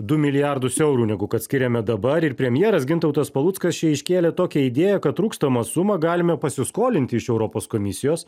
du milijardus eurų negu kad skiriame dabar ir premjeras gintautas paluckas čia iškėlė tokią idėją kad trūkstamą sumą galime pasiskolinti iš europos komisijos